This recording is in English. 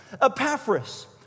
Epaphras